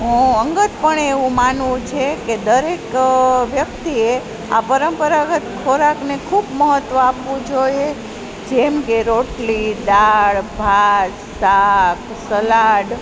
હું અંગતપણે એવું માનવું છે કે દરેક વ્યક્તિએ આ પરંપરાગત ખોરાકને ખૂબ મહત્ત્વ આપવું જોઈએ જેમકે રોટલી દાળ ભાત શાક સલાડ